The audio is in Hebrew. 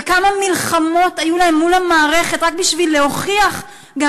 וכמה מלחמות היו להם מול המערכת רק בשביל להוכיח גם